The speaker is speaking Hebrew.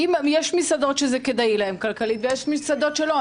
יש מסעדות שזה כדאי להם כלכלית ויש מסעדות שלא.